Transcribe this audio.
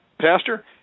Pastor